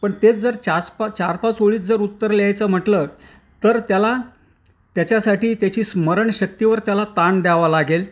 पण तेच जर चाच पा चार पाच ओळीत जर उत्तर लहायचं म्हटलं तर त्याला त्याच्यासाठी त्याची स्मरणशक्तीवर त्याला ताण द्यावा लागेल